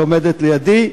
שעומדת לידי,